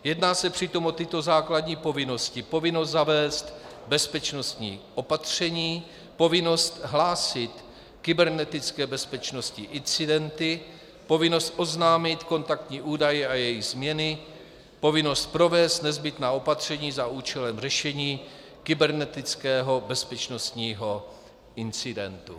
Jedná se přitom o tyto základní povinnosti: povinnost zavést bezpečnostní opatření, povinnost hlásit kybernetické bezpečnostní incidenty, povinnost oznámit kontaktní údaje a jejich změny, povinnost provést nezbytná opatření za účelem řešení kybernetického bezpečnostního incidentu.